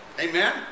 Amen